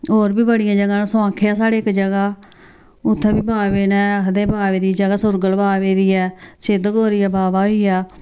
होर बी बड़ियां जगहां न सुआंखे साढ़े इक जगह् उ'त्थें बी बाबे न आखदे बाबे दी जगह् सुरगल बाबे दी ऐ सिद्ध गौरिया बाबा होइया